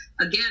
again